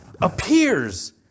appears